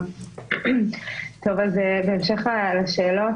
בהמשך לשאלות,